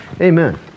Amen